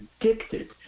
addicted